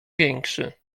większy